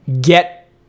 get